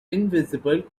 invisible